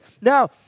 Now